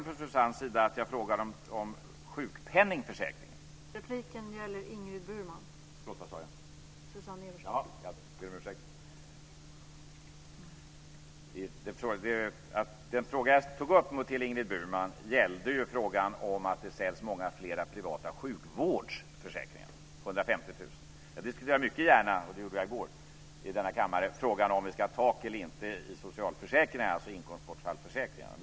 Den fråga jag ställde till Ingrid Burman gällde ju att det säljs många fler privata sjukvårdsförsäkringar, Jag diskuterar mycket gärna - det gjorde jag i går i denna kammare - frågan om vi ska ha tak eller inte i socialförsäkringarna, alltså inkomstbortfallsförsäkringarna.